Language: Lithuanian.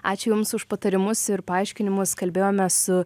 ačiū jums už patarimus ir paaiškinimus kalbėjome su